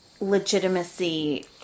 legitimacy